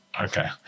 Okay